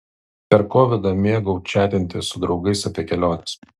per kovidą mėgau čatinti su draugais apie keliones